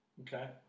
Okay